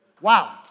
Wow